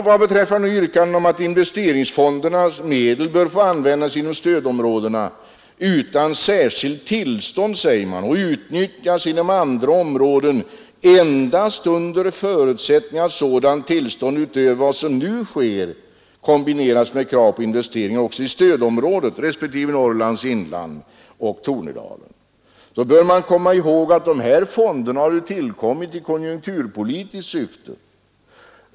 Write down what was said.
Vad beträffar yrkandena om att investeringsfondernas medel bör få användas inom stödområden utan särskilt tillstånd och utnyttjas inom andra områden endast under förutsättning av att sådant tillstånd utöver vad som nu sker kombineras med krav på investeringar också i stödområdet, respektive Norrlands inland och Tornedalen, bör man komma ihåg att de här fonderna har tillkommit i konjunkturpolitiskt syfte.